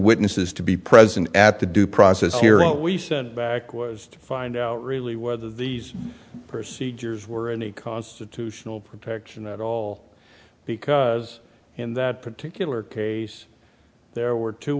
witnesses to be present at the due process here and we sent back was to find out really whether these procedures were any constitutional protection at all because in that particular case there were two